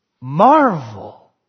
marvel